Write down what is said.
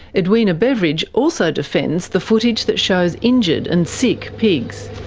edwina beveridge also defends the footage that shows injured and sick pigs.